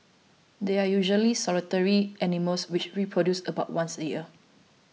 they are usually solitary animals which reproduce about once a year